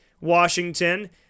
Washington